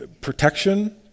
protection